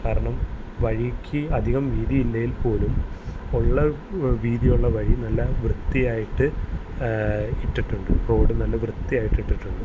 കാരണം വഴിക്ക് അധികം വീതിയില്ലെങ്കിൽപോലും ഉള്ള വീതിയുള്ള വഴി നല്ല വൃത്തിയായിട്ട് ഇട്ടിട്ടുണ്ട് റോഡ് നല്ല വൃത്തിയായിട്ട് ഇട്ടിട്ടുണ്ട്